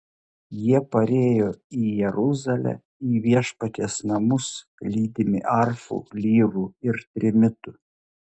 jie parėjo į jeruzalę į viešpaties namus lydimi arfų lyrų ir trimitų